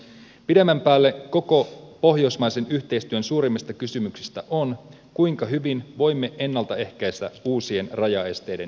pidemmän päälle yksi koko pohjoismaisen yhteistyön suurimmista kysymyksistä on kuinka hyvin voimme ennalta ehkäistä uusien rajaesteiden syntymisen